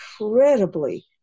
incredibly